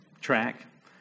track